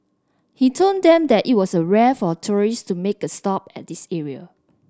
he told them that it was rare for tourists to make a stop at this area